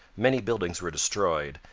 many buildings were destroyed,